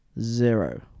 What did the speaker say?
Zero